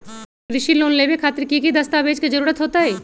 कृषि लोन लेबे खातिर की की दस्तावेज के जरूरत होतई?